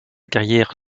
carrière